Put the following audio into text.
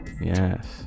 yes